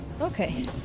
Okay